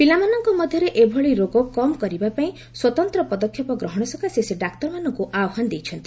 ପିଲାମାନଙ୍କ ମଧ୍ୟରେ ଏଭଳି ରୋଗ କମ୍ କରିବା ପାଇଁ ସ୍ୱତନ୍ତ୍ର ପଦକ୍ଷେପ ଗ୍ରହଣ ସକାଶେ ସେ ଡାକ୍ତରମାନଙ୍କୁ ଆହ୍ପାନ ଦେଇଛନ୍ତି